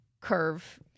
curve